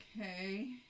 okay